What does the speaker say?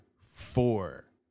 four